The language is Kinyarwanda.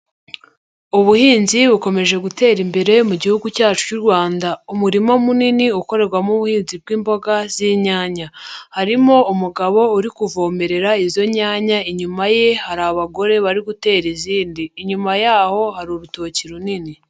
Ubuhinzi bukomeje gutera imbere mu gihugu cyacu cy'u Rwanda. Umurima munini ukorerwamo ubuhinzi bw'imboga z'inyanya. Harimo umugabo uri kuvomerera izo nyanya, inyuma ye hari abagore bari gutera izindi, inyuma y'aho hari urutoki runini.